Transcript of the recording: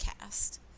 cast